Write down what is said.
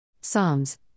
Psalms